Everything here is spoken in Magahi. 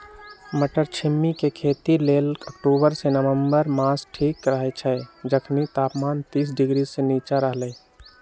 मट्टरछिमि के खेती लेल अक्टूबर से नवंबर मास ठीक रहैछइ जखनी तापमान तीस डिग्री से नीचा रहलइ